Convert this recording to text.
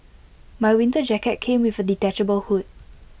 my winter jacket came with A detachable hood